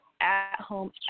at-home